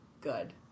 good